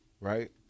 right